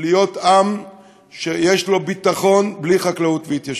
להיות עם שיש לו ביטחון בלי חקלאות והתיישבות.